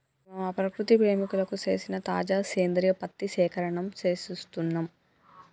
మేము మా ప్రకృతి ప్రేమికులకు సేసిన తాజా సేంద్రియ పత్తి సేకరణం సేస్తున్నం